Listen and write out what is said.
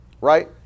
right